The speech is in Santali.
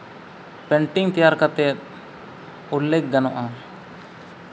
ᱯᱮᱹᱱᱴᱤᱝ ᱛᱮᱭᱟᱨ ᱠᱟᱛᱮᱫ ᱩᱞᱞᱮᱹᱠᱷ ᱜᱟᱱᱚᱜᱼᱟ